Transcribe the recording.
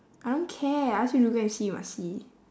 I don't care I ask you to go and see you must see